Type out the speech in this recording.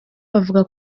bavuga